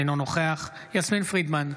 אינו נוכח יסמין פרידמן,